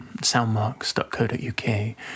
soundmarks.co.uk